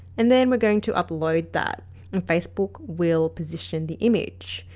and then we are going to upload that and facebook will position the image,